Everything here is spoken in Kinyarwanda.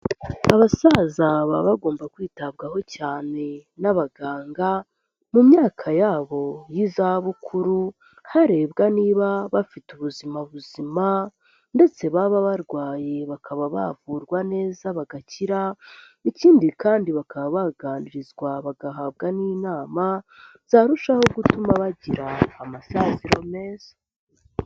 Abasaza baba bagomba kwitabwaho cyane n'abaganga mu myaka yabo y'izabukuru, harebwa niba bafite ubuzima buzima, ndetse baba barwaye bakaba bavurwa neza bagakira, ikindi kandi bakaba baganirizwa bagahabwa n'inama zarushaho gutuma bagira amasaziro meza.